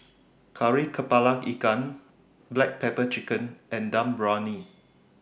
Kari Kepala Ikan Black Pepper Chicken and Dum Briyani